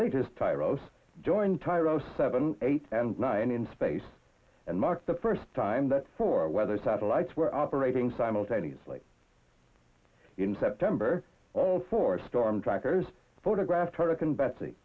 latest tyros join tyro seven eight and nine in space and marks the first time that for weather satellites were operating simultaneously in september all four storm trackers photographed hurricane betsy